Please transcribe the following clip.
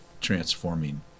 transforming